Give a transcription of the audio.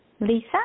Lisa